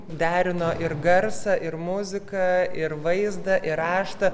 derino ir garsą ir muziką ir vaizdą ir raštą